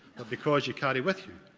because you carry with you,